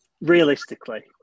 realistically